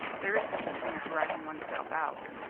there is such a thing as writing oneself out.